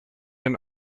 and